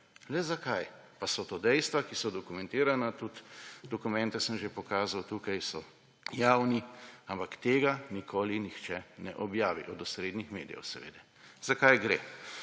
Le zakaj? Pa so to dejstva, ki so dokumentirana, tudi dokumente sem že pokazal, tukaj so, javni, ampak tega nikoli nihče ne objavi ‒ od osrednjih medijev seveda. Za kaj gre?